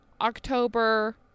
October